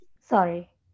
Sorry